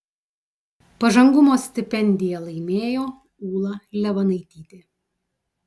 pažangumo stipendiją laimėjo ūla levanaitytė